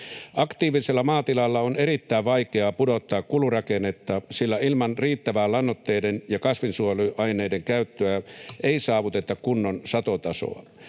Aktiivisella maatilalla on erittäin vaikeaa pudottaa kulurakennetta, sillä ilman riittävää lannoitteiden ja kasvinsuojeluaineiden käyttöä ei saavuteta kunnon satotasoa.